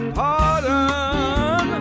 pardon